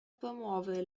promuovere